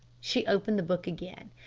she opened the book again.